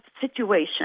situation